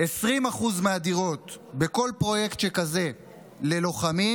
20% מהדירות בכל פרויקט שכזה ללוחמים